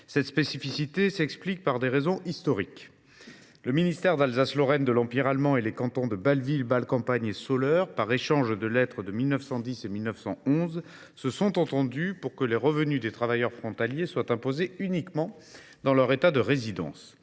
Cette spécificité s’explique par des raisons historiques. Le ministère d’Alsace Lorraine de l’Empire allemand et les cantons de Bâle Ville, Bâle Campagne et Soleure, par échange de lettres de 1910 et 1911, se sont entendus pour que les revenus des travailleurs frontaliers soient imposés uniquement dans leur État de résidence.